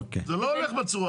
זה לא הולך בצורה הזאת.